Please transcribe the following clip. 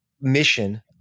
mission